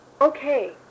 Okay